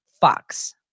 Fox